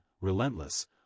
relentless